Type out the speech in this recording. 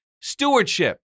Stewardship